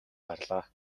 гарлаа